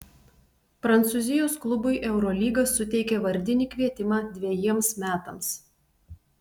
prancūzijos klubui eurolyga suteikė vardinį kvietimą dvejiems metams